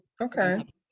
Okay